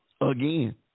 again